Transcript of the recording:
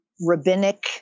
rabbinic